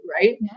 right